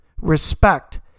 Respect